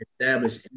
establish